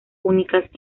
únicas